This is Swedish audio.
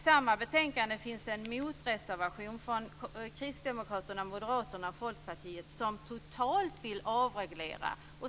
I samma betänkande finns det en motreservation från Kristdemokraterna, Moderaterna och Folkpartiet som totalt vill avreglera.